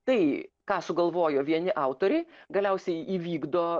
tai ką sugalvojo vieni autoriai galiausiai įvykdo